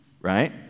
right